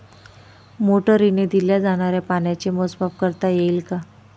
मोटरीने दिल्या जाणाऱ्या पाण्याचे मोजमाप करता येईल का?